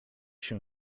się